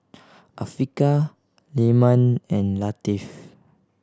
Afiqah Leman and Latif